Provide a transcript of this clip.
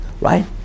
Right